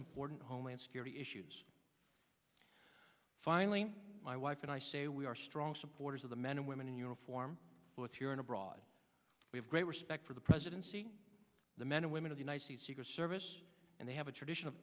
important homeland security issues finally my wife and i say we are strong supporters of the men and women in uniform both here and abroad we have great respect for the presidency the men and women of the united states secret service and they have a tradition of